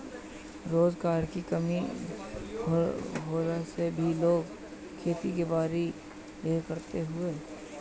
रोजगार के कमी होखला से भी लोग खेती बारी ढेर करत हअ